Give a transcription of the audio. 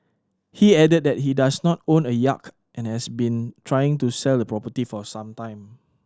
he added that he does not own a yacht and has been trying to sell the property for some time